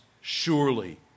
surely